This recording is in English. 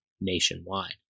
nationwide